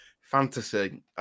Fantasy